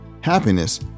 Happiness